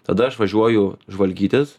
tada aš važiuoju žvalgytis